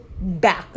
back